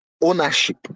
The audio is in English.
ownership